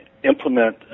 implement